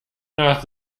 nach